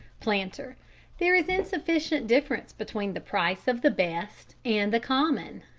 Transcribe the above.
planter there is insufficient difference between the price of the best and the common.